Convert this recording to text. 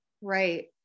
Right